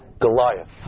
Goliath